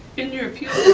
in your appeal.